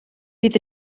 bydd